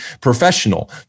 professional